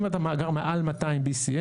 אם אתה מאגר מעל BCM200,